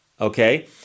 Okay